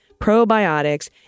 probiotics